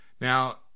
Now